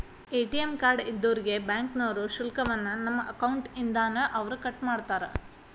ATM card ಇದ್ದೋರ್ಗೆ ಬ್ಯಾಂಕ್ನೋರು ಶುಲ್ಕವನ್ನ ನಮ್ಮ ಅಕೌಂಟ್ ಇಂದಾನ ಅವ್ರ ಕಟ್ಮಾಡ್ತಾರ